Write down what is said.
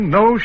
no